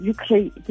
Ukraine